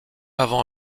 avant